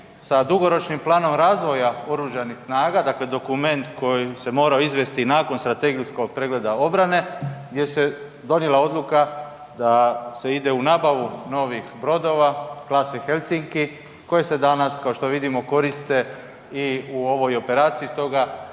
sa dugoročnim planom razvoja oružanih snaga, dakle dokument koji se morao izvesti nakon strategijskog pregleda obrane gdje se donijela odluka da se ide u nabavu novih brodova klase Helsinki koji se danas kao što vidimo koriste i u ovoj operaciji.